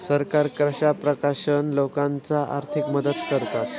सरकार कश्या प्रकारान लोकांक आर्थिक मदत करता?